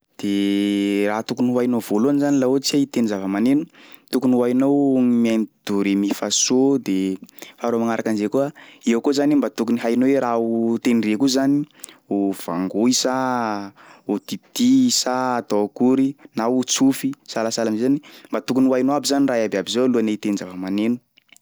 De raha tokony ho hainao voalohany zany laha ohatsy hoe itendry zavamaneno, tokony ho hainao mihaino do re mi fa so de faharoa magnaraky an'izay koa, eo koa zany mba tokony hainao hoe raha ho tendreko io zany ho vangoy sa ho kitihy sa atao akory na ho tsofy sahasahala am'zay zany, mba tokony ho hainao aby zany raha iabiaby zao alohan'ny hitendry zavamaneno.